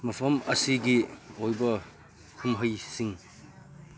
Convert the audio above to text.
ꯃꯐꯝ ꯑꯁꯤꯒꯤ ꯑꯣꯏꯕ ꯀꯨꯝꯍꯩꯁꯤꯡ